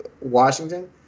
Washington